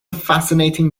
fascinating